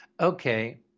Okay